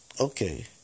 Okay